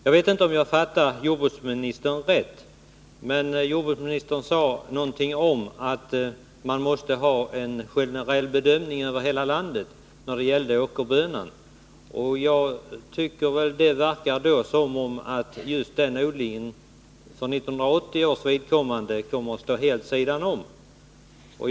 Jag vet inte om jag fattade jordbruksministern rätt, men jordbruksministern sade någonting om att man måste ha en generell bedömning över hela landet när det gäller åkerbönan. Jag tycker att det låter som om odlingen för 1980 års vidkommande kommer att stå helt vid sidan av skördeskadeberäkningen.